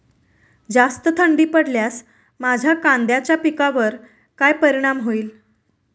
जास्त थंडी पडल्यास माझ्या कांद्याच्या पिकावर काय परिणाम होईल?